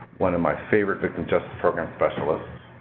one of my favorite victim justice program specialists.